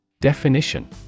Definition